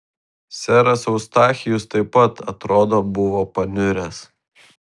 seras eustachijus taip pat atrodo buvo paniuręs